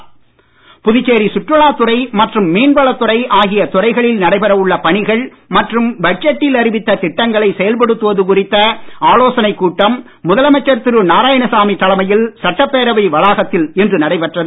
ஆலோசனை புதுச்சேரி சுற்றுலாத் துறை மற்றும் மீனவளத் துறை ஆகிய துறைகளில் நடைபெற உள்ள பணிகள் மற்றும் பட்ஜெட்டில் அறிவித்த திட்டங்களை செயல்படுத்துவது குறித்த ஆலோசனை கூட்டம் முதலமைச்சர் திரு நாராயணசாமி தலைமையில் சட்டப்பேரவை வளாகத்தில் இன்று நடைபெற்றது